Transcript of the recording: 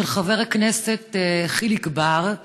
של חבר הכנסת חיליק בר,